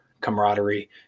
camaraderie